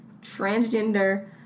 transgender